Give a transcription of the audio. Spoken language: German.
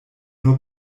nur